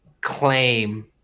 claim